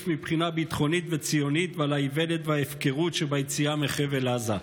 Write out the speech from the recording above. מבחינה ביטחונית וציונית ועל האיוולת וההפקרות שביציאה מחבל עזה,